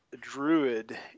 druid